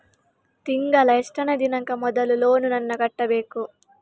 ತಿಂಗಳ ಎಷ್ಟನೇ ದಿನಾಂಕ ಮೊದಲು ಲೋನ್ ನನ್ನ ಕಟ್ಟಬೇಕು?